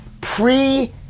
pre